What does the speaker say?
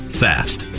fast